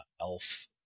elf